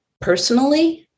personally